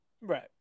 right